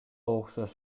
окшош